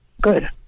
Good